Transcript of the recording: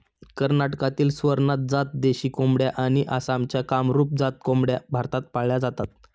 कर्नाटकातील स्वरनाथ जात देशी कोंबड्या आणि आसामच्या कामरूप जात कोंबड्या भारतात पाळल्या जातात